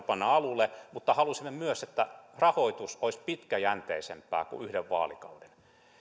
panna alulle mutta halusimme myös että rahoitus olisi pitkäjänteisempää kuin yhden vaalikauden